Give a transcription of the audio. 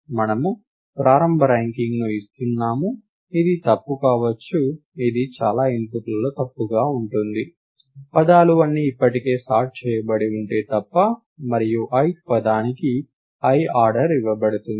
మనము ప్రారంభ ర్యాంకింగ్ను ఇస్తున్నాము ఇది తప్పు కావచ్చు ఇది చాలా ఇన్పుట్లలో తప్పుగా ఉంటుంది పదాలు అన్నీ ఇప్పటికే సార్ట్ చేయబడి ఉంటే తప్ప మరియు ith పదానికి i ఆర్డర్ ఇవ్వబడుతుంది